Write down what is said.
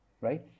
right